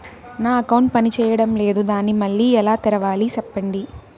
నా అకౌంట్ పనిచేయడం లేదు, దాన్ని మళ్ళీ ఎలా తెరవాలి? సెప్పండి